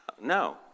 No